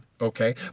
okay